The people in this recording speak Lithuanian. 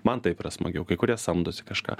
man taip yra smagiau kai kurie samdosi kažką